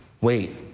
Wait